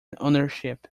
ownership